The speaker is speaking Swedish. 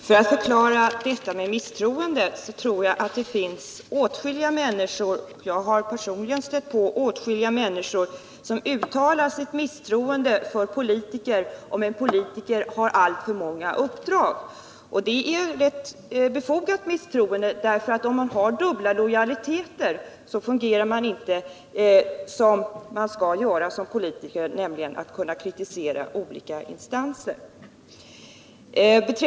Herr talman! För att förklara detta med misstroende: jag har personligen stött på åtskilliga människor som uttalar sitt misstroende för en politiker som har alltför många uppdrag. Det är ett befogat misstroende. Om man har dubbla lojaliteter kan man inte kritisera olika instanser.